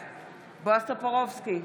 בעד בועז טופורובסקי,